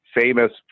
famous